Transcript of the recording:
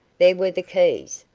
there were the keys,